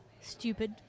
stupid